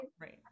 Right